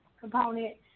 component